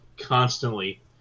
constantly